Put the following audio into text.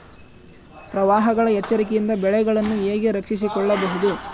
ಪ್ರವಾಹಗಳ ಎಚ್ಚರಿಕೆಯಿಂದ ಬೆಳೆಗಳನ್ನು ಹೇಗೆ ರಕ್ಷಿಸಿಕೊಳ್ಳಬಹುದು?